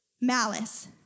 malice